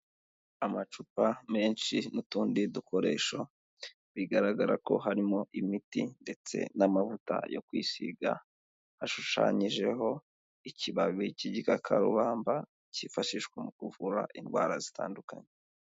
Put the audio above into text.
Amacupa menshi n'utundi dukoresho bigaragara ko harimo imiti ndetse n'amavuta yo kwisiga, ashushanyijeho ikibabi cy'igikakarubamba cyifashishwa mu kuvura indwara zitandukanye.